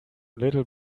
little